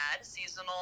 seasonal